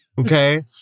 Okay